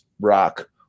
rock